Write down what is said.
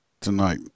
tonight